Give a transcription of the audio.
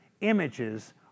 images